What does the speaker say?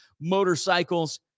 motorcycles